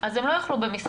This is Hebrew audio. אז הם לא יאכלו במסעדה,